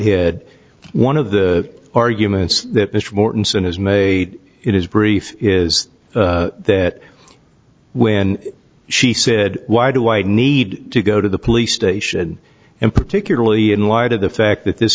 d one of the arguments that mr mortenson has made in his brief is that when she said why do i need to go to the police station and particularly in light of the fact that this